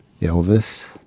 Elvis